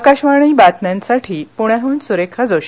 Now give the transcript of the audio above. अकाशवाणी बातम्यांसाठी पुण्याहन सुरेखा जोशी